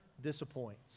Disappoints